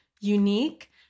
unique